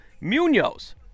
Munoz